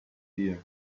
ear